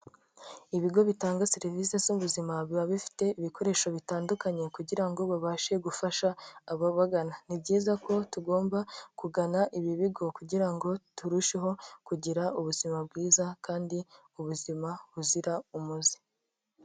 Ibigo bitanga serivise z'ubuzima, biba bifite ibikoresho bitandukanye kugira ngo babashe gufasha ababagana. Ni byiza ko tugomba kugana ibi bigo, kugira ngo turusheho kugira ubuzima bwiza kandi ubuzima buzira umuze.